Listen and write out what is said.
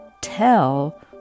tell